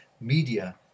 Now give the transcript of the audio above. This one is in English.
media